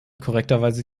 korrekterweise